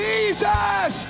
Jesus